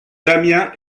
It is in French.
damien